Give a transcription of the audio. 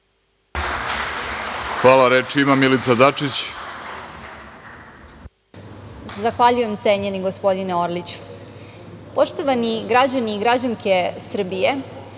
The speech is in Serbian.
Hvala. Reč ima Milica Dačić.